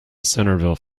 centerville